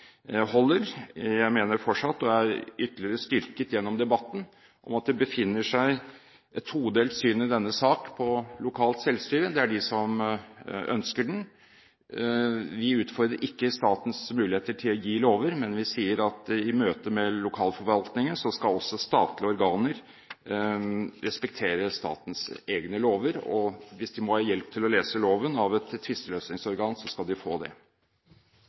holder. Jeg mener fortsatt, og er blitt ytterligere styrket gjennom debatten, at det finnes et todelt syn i denne saken om lokalt selvstyre. Det er de som ønsker den. Vi utfordrer ikke statens muligheter til å gi lover, men vi sier at i møtet med lokalforvaltningen skal også statlige organer respektere statens egne lover, og hvis de må ha hjelp til å lese loven av et tvisteløsningsorgan, så skal de få